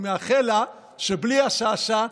אני מאחל לה שבלי השאשא,